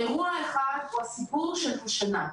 אירוע אחד הוא הסיפור של השנה.